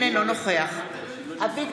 נוכח עוזי דיין, אינו נוכח אבי